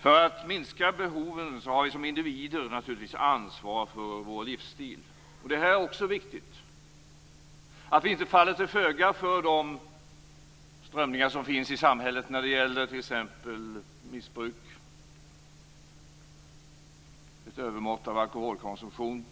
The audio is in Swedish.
För att minska behoven har vi som individer ansvar för vår livsstil. Det är också viktigt. Vi får inte falla till föga för de strömningar som finns i samhället när det gäller t.ex. missbruk och ett övermått av alkoholkonsumtion.